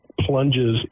plunges